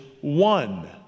one